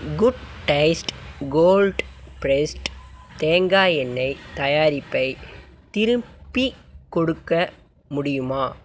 குட்டைஸ்ட் cold pressed தேங்காய் எண்ணெய் தயாரிப்பை திருப்பிக் கொடுக்க முடியுமா